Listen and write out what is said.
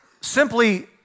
simply